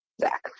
Zach